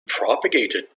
propagated